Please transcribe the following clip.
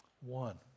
One